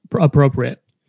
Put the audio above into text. appropriate